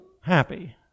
happy